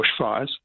bushfires